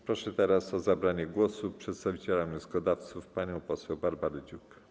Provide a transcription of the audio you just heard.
Proszę teraz o zabranie głosu przedstawiciela wnioskodawców panią poseł Barbarę Dziuk.